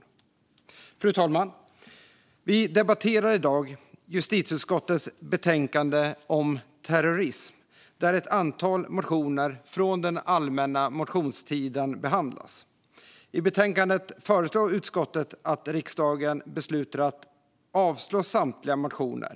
Fru talman! Vi debatterar i dag justitieutskottets betänkande om terrorism, där ett antal motioner från den allmänna motionstiden behandlas. I betänkandet föreslår utskottet att riksdagen beslutar att avslå samtliga motioner.